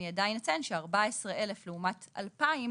אני עדיין אציין ש-14,000 לעומת 2,000